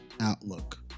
outlook